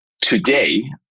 Today